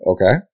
Okay